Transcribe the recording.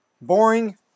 Boring